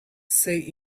say